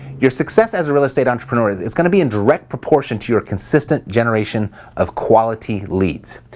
your success as a real estate entrepreneur, it's going to be in direct proportion to your consistent generation of quality leads.